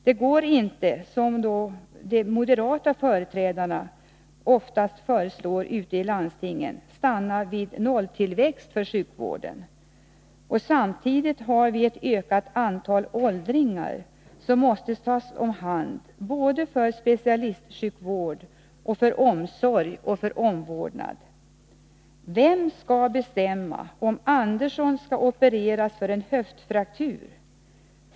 Det går inte, som de moderata företrädarna ofta föreslår ute i landstingen, att stanna vid nolltillväxt för sjukvården, samtidigt som vi får ett ökat antal åldringar som måste tas om hand både för specialistsjukvård och för omsorg och omvårdnad. Vem skall bestämma om Andersson skall opereras för en höftfraktur?